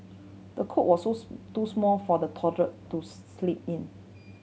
the cot was too small for the toddler to sleep in